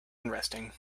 unresting